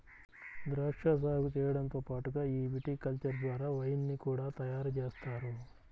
ద్రాక్షా సాగు చేయడంతో పాటుగా ఈ విటికల్చర్ ద్వారా వైన్ ని కూడా తయారుజేస్తారు